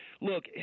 Look